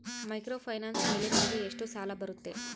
Microfinance ಮೇಲೆ ನನಗೆ ಎಷ್ಟು ಸಾಲ ಬರುತ್ತೆ?